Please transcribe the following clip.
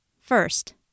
First